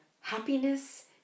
happiness